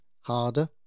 harder